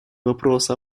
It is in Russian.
вопроса